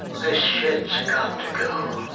this shit's got to go.